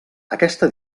aquesta